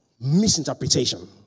misinterpretation